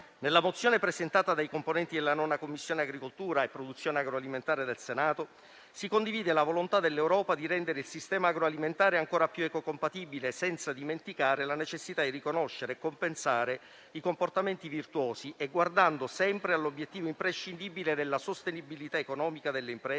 Nella mozione presentata dai componenti della 9a Commissione (agricoltura e produzione agroalimentare) del Senato si condivide la volontà dell'Europa di rendere il sistema agroalimentare ancora più ecocompatibile, senza dimenticare la necessità di riconoscere e compensare i comportamenti virtuosi e guardando sempre all'obiettivo imprescindibile della sostenibilità economica delle imprese,